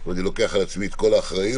אני לוקח על עצמי את כל האחריות